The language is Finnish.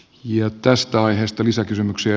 ja tästä aiheesta lisäkysymyksiä